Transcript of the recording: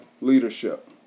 leadership